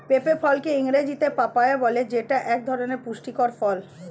পেঁপে ফলকে ইংরেজিতে পাপায়া বলে যেইটা এক ধরনের পুষ্টিকর ফল